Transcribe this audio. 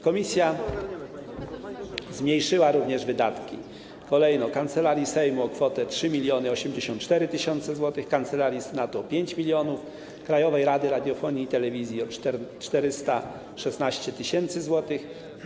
Komisja zmniejszyła również wydatki kolejno: Kancelarii Sejmu o kwotę 3084 tys. zł, Kancelarii Senatu o 5 mln zł, Krajowej Rady Radiofonii i Telewizji o 416 tys. zł.